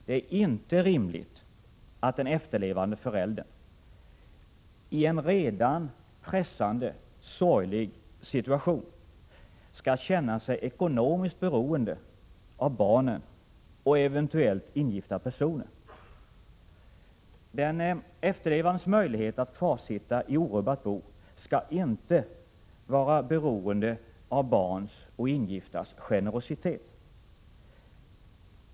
Det är inte rimligt att den efterlevande föräldern — i en redan pressande, sorglig situation — skall känna sig ekonomiskt beroende av barnen och eventuellt ingifta personer. Den efterlevandes möjlighet att kvarsitta i orubbat bo skall inte vara beroende av barns och ingiftas generositet.